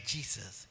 Jesus